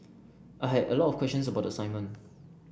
I had a lot of questions about the assignment